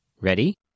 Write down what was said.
Ready